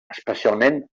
especialment